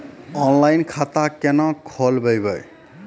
Online खाता केना खोलभैबै?